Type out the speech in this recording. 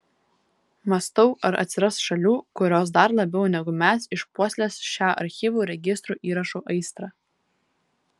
mąstau ar atsiras šalių kurios dar labiau negu mes išpuoselės šią archyvų registrų įrašų aistrą